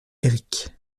eric